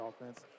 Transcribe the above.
offense